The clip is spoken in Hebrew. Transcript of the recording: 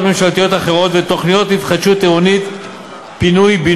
ממשלתיות אחרות ותוכניות התחדשות עירונית פינוי-בינוי.